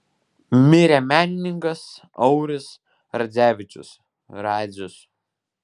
mirė menininkas auris radzevičius radzius